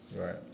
Right